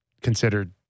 considered